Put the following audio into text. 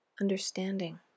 understanding